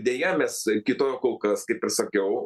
deja mes kito kol kas kaip ir sakiau